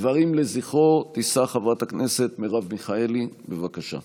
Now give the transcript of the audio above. דברים לזכרו תישא חברת הכנסת מרב מיכאלי, בבקשה.